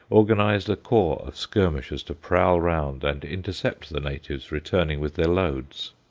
organized a corps of skirmishers to prowl round and intercept the natives returning with their loads.